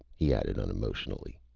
he added unemotionally.